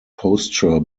posture